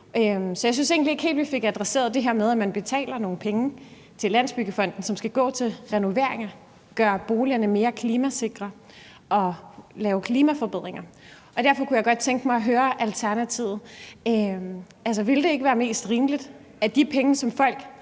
så jeg synes egentlig ikke helt, vi fik adresseret det her med, at man betaler nogle penge til Landsbyggefonden, som skal gå til renovering og at gøre boligerne mere klimasikre og lave klimaforbedringer. Derfor kunne jeg godt tænke mig at høre Alternativet: Altså, ville det ikke være mest rimeligt, at de penge – som folk